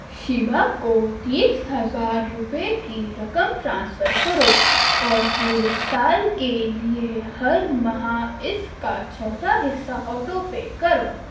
شیبہ کو تیس ہزار روپئے کی رقم ٹرانسفر کرو اور پورے سال کے لیے ہر ماہ اس کا چوتھا حصہ آٹو پے کرو